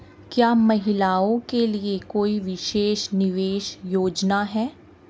क्या महिलाओं के लिए कोई विशेष निवेश योजना है?